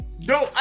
No